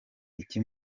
iki